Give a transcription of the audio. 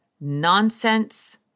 nonsense